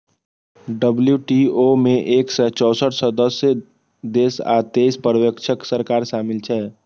WTO मे एक सय चौंसठ सदस्य देश आ तेइस पर्यवेक्षक सरकार शामिल छै